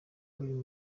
biri